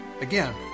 Again